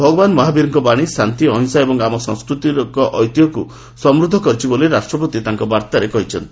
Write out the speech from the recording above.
ଭଗବାନ୍ ମହାବୀରଙ୍କ ବାଣୀ ଶାନ୍ତି ଅହିଂସା ଏବଂ ଆମ ସାଂସ୍କୃତିକ ଐତିହ୍ୟକ୍ ସମୃଦ୍ଧ କରିଛି ବୋଲି ରାଷ୍ଟ୍ରପତି ତାଙ୍କ ବାର୍ଭାରେ କହିଛନ୍ତି